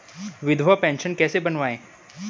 विधवा पेंशन कैसे बनवायें?